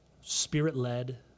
spirit-led